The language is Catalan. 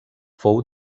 fou